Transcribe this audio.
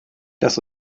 das